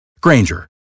Granger